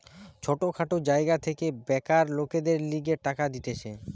ছোট খাটো জায়গা থেকে বেকার লোকদের লিগে টাকা দিতেছে